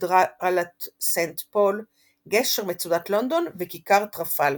קתדרלת סנט פול, גשר מצודת לונדון וכיכר טרפלגר.